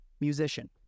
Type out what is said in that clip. musician